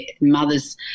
mothers